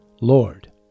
Lord